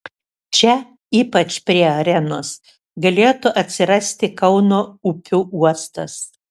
čia ypač prie arenos galėtų atsirasti kauno upių uostas